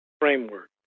framework